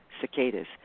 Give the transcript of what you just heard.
cicadas